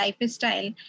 lifestyle